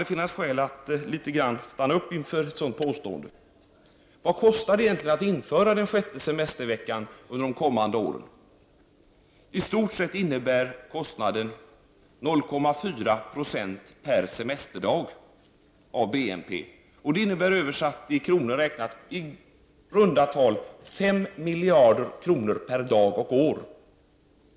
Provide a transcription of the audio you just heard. Det finns skäl att litet stanna upp inför ett sådant påstående. Vad blir kostnaden under de kommande åren för att införa den sjätte semesterveckan? I stort sett innebär kostnaden 0,4 96 av BNP per semesterdag. Översatt i kronor räknat blir det i runda tal 5 miljarder kronor per dag och år.